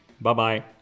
Bye-bye